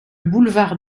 boulevard